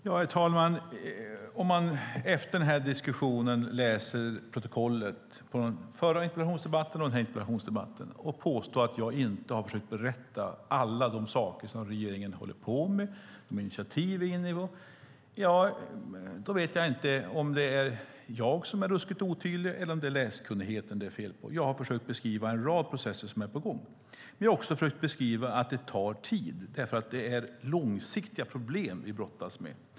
Herr talman! Om man läser protokollet från den förra och den här interpellationsdebatten och påstår att jag inte har försökt berätta om alla de saker som regeringen håller på med, de initiativ vi tagit, ja då vet jag inte om det beror på att jag är ruskigt otydlig eller på att det är fel på läskunnigheten. Jag har försökt beskriva en rad processer som är på gång. Jag har också försökt beskriva att det tar tid, för det är långsiktiga problem vi brottas med.